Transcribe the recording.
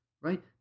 right